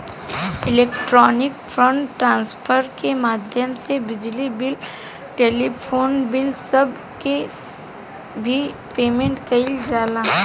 electronic fund transfer के माध्यम से बिजली बिल टेलीफोन बिल सब के भी पेमेंट कईल जाला